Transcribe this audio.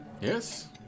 Yes